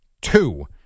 two